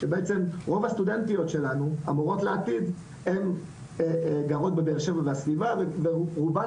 שבעצם רוב הסטודנטיות שלנו המורות לעתיד הן גרות בבאר שבע והסביבה ורובן